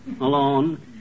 alone